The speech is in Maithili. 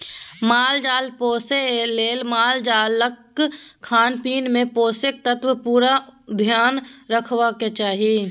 माल जाल पोसय लेल मालजालक खानपीन मे पोषक तत्वक पुरा धेआन रखबाक चाही